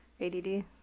ADD